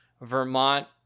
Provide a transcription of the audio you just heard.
Vermont